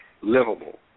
livable